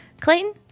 Clayton